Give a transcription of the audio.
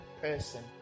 person